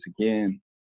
again